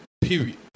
period